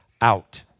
out